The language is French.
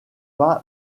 pas